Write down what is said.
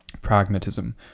Pragmatism